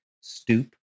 stoop